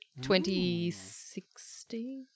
2016